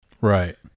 Right